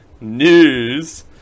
NEWS